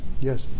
Yes